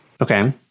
Okay